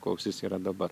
koks jis yra dabar